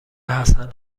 حسن